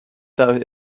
that